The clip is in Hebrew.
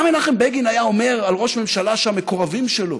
מה מנחם בגין היה אומר על ראש ממשלה שהמקורבים שלו